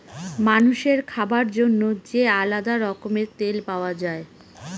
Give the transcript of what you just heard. মানুষের খাবার জন্য যে আলাদা রকমের তেল পাওয়া যায়